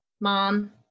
mom